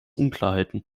unklarheiten